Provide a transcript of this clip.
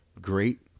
great